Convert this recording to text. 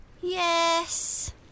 Yes